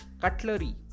cutlery